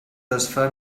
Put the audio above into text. desfà